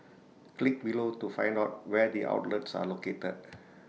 click below to find out where the outlets are located